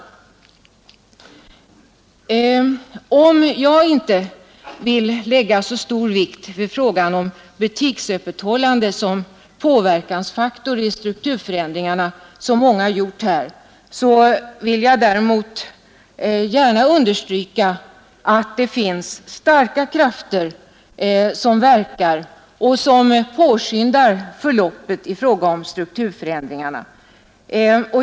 Om jag inte vill lägga så stor vikt vid frågan om butiksöppethållande som påverkansfaktor i strukturförändringarna som många har gjort här, vill jag däremot gärna understryka att det finns starka krafter som verkar påskyndande på förloppet i fråga om strukturförändringarna.